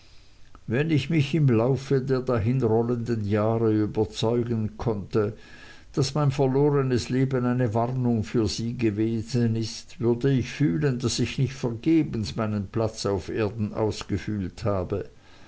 wenn ich mich im lauf der dahinrollenden jahre überzeugen könnte daß mein verlornes leben eine warnung für sie gewesen ist würde ich fühlen daß ich nicht vergebens meinen platz auf erden ausgefüllt habe